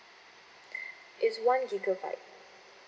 is one gigabyte